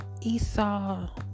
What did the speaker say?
Esau